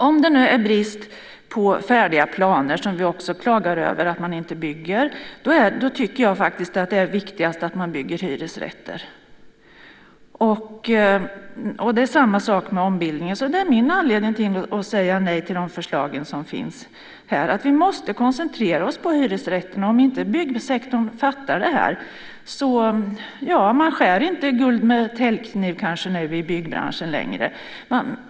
Om det nu är brist på färdiga planer, som det också klagas över, som gör att man inte bygger tycker jag faktiskt att det är viktigast att man bygger hyresrätter. Det är samma sak med ombildningen. Det är min anledning till att jag säger nej till de förslag som finns här, att vi måste koncentrera oss på hyresrätterna. Och om inte byggsektorn fattar det? Ja, man skär kanske inte längre guld med täljkniv i byggbranschen.